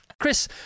Chris